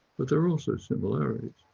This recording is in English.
but there are also similarities.